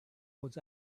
was